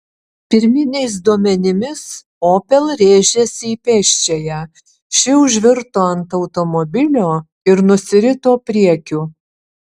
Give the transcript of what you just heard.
pirminiais duomenimis opel rėžėsi į pėsčiąją ši užvirto ant automobilio ir nusirito priekiu